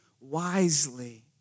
wisely